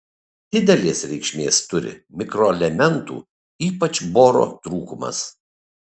didelės reikšmės turi mikroelementų ypač boro trūkumas